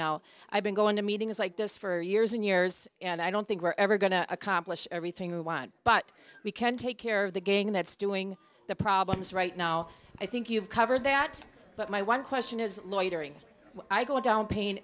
now i've been going to meetings like this for years and years and i don't think we're ever going to accomplish everything we want but we can take care of the gang that's doing the problems right now i think you've covered that but my one question is loitering i go down pain